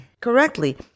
correctly